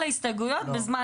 אגב,